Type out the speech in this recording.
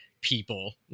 people